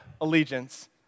allegiance